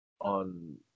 on